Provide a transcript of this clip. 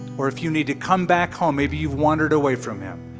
or if you need to come back home maybe you've wandered away from him,